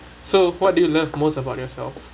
so what do you love most about yourself